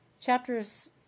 chapters